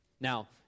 Now